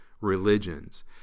religions